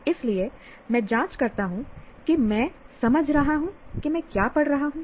इसलिए मैं जांच करता हूं कि मैं समझ रहा हूं कि मैं क्या पढ़ रहा हूं